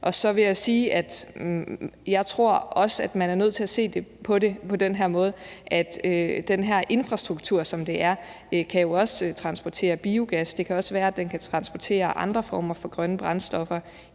jeg tror, at man er nødt til at se på det på den måde, at den infrastruktur, det er, jo også kan transportere biogas, og at det også kan være, at den kan transportere andre former for grønne brændstoffer